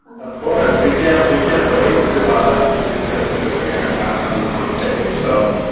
of course, we can't we can't wait to to see strange loop again back on on stage. so